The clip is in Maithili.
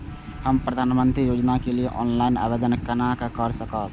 हम प्रधानमंत्री योजना के लिए ऑनलाइन आवेदन केना कर सकब?